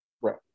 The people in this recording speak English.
Right